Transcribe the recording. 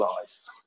eyes